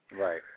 Right